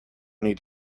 need